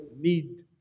need